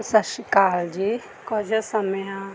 ਸਤਿ ਸ਼੍ਰੀ ਅਕਾਲ ਜੀ ਕੁਝ ਸਮਿਆਂ